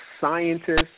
scientists